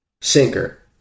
Sinker